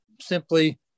simply